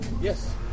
Yes